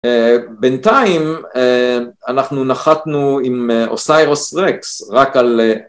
בינתיים אנחנו נחתנו עם אוסיירוס רקס רק על